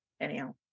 anyhow